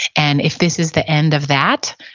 and if this is the end of that,